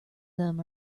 them